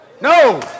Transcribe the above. No